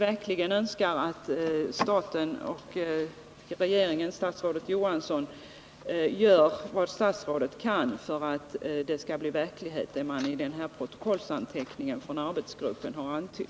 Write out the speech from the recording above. Vi önskar verkligen att regeringen och statsrådet Johansson gör vad de kan för att det som arbetsgruppen har antytt i denna protokollsanteckning skall bli verklighet.